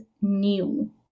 new